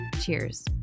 Cheers